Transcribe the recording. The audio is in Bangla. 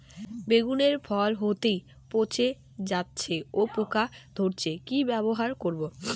বেগুনের ফল হতেই পচে যাচ্ছে ও পোকা ধরছে কি ব্যবহার করব?